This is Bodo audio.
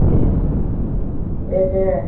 एह दे दे